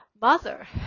mother